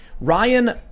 Ryan